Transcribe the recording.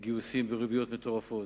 לגיוסים וריביות מטורפות,